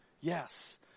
Yes